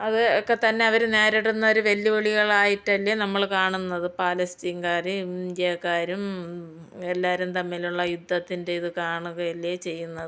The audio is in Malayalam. അത് ഒക്കെ തന്നെ അവർ നേരിടുന്നൊരു വെല്ലുവിളികൽ ആയിട്ടല്ലേ നമ്മൾ കാണുന്നത് പാലസ്തീൻകാരും ഇന്ത്യകാരും എല്ലാവരും തമ്മിലുള്ള യുദ്ധത്തിൻ്റെ ഇത് കാണുകയല്ലേ ചെയ്യുന്നത്